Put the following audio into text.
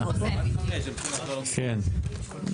בסדר,